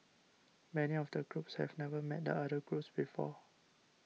many of the groups have never met the other groups before